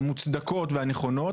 המוצדקות והנכונות,